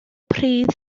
pridd